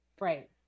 Right